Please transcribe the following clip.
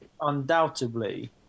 undoubtedly